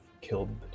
killed